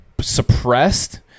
suppressed